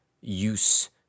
use